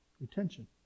Retention